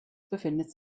befindet